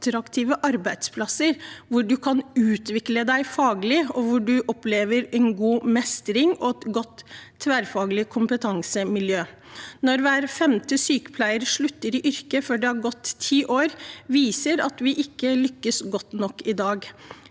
attraktive arbeidsplasser hvor man kan utvikle seg faglig, og hvor man kan oppleve god mestring og et godt, tverrfaglig kompetansemiljø. Når hver femte sykepleier slutter i yrket før det har gått ti år, viser det at vi ikke lykkes godt nok i dag.